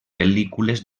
pel·lícules